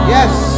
Yes